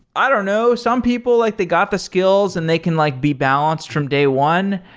i don't know. some people, like they got the skills and they can like be balanced from day one.